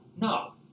No